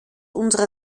unserer